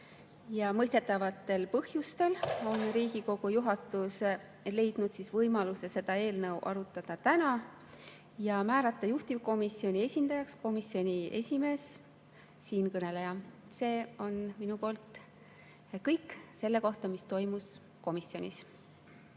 – mõistetavatel põhjustel on Riigikogu juhatus leidnud võimaluse seda eelnõu arutada täna – ja määrata juhtivkomisjoni esindajaks komisjoni esimees, siinkõneleja. See on minu poolt kõik selle kohta, mis toimus komisjonis.